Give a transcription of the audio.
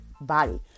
body